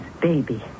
baby